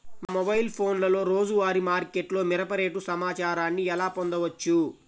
మా మొబైల్ ఫోన్లలో రోజువారీ మార్కెట్లో మిరప రేటు సమాచారాన్ని ఎలా పొందవచ్చు?